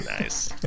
Nice